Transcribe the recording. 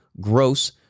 gross